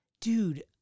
dude